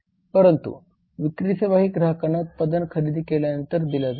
परंतु विक्री सेवा ही ग्राहकांना उत्पादन खरेदी केल्या नंतर दिल्या जातात